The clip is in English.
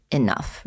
enough